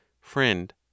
Friend